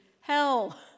hell